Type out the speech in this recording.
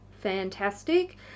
fantastic